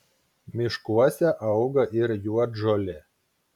miškuose auga ir juodžolė